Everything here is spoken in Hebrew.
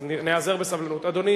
שבהם נצטרך לחשוב, כולנו,